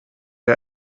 der